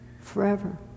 forever